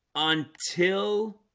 until